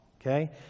okay